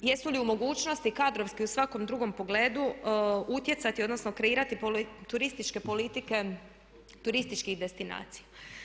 Jesu li u mogućnosti kadrovski u svakom drugom pogledu utjecati odnosno kreirati turističke politike turističkih destinacija?